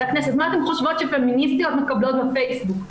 אתן חושבות שפמיניסטיות מקבלות בפייסבוק?